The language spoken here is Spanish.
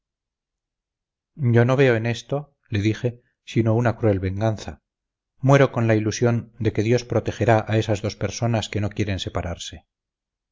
yo no veo en esto le dije sino una cruel venganza muero con la ilusión de que dios protegerá a esas dos personas que no quieren separarse